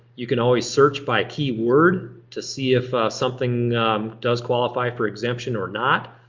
you can always search by key word to see if something does qualify for exemption or not.